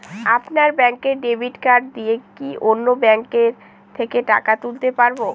আপনার ব্যাংকের debit card দিয়ে কি অন্য ব্যাংকের থেকে টাকা তুলতে পারবো?